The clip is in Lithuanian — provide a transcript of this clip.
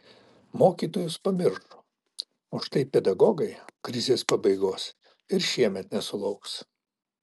mokytojus pamiršo o štai pedagogai krizės pabaigos ir šiemet nesulauks